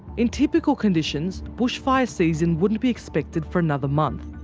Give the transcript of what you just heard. in typical conditions, bushfire season wouldn't be expected for another month.